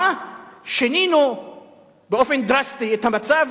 בבקשה שימציאו את מה שהם רוצים,